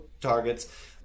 targets